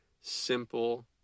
simple